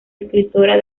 escritora